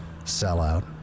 Sellout